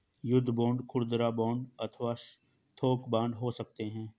युद्ध बांड खुदरा बांड अथवा थोक बांड हो सकते हैं